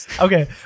Okay